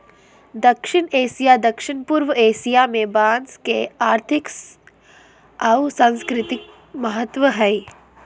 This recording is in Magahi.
दक्षिण एशिया, दक्षिण पूर्व एशिया में बांस के आर्थिक आऊ सांस्कृतिक महत्व हइ